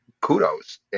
kudos